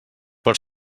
per